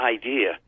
idea